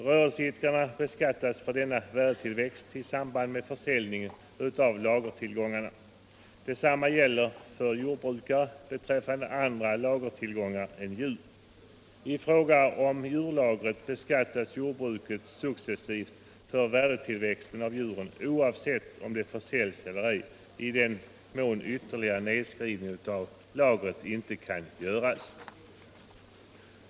Rörelseidkarna beskattas för denna värdetillväxt i samband med försäljningen av lagertillgångarna. Detsamma gäller för jordbrukare beträffande andra lagertillgångar än djur. I fråga om djurlagret beskattas jordbruket successivt för värdetillväxten av djuren, oavsett om de försäljs eller ej, i den mån ytterligare nedskrivning av lagret inte kan göras.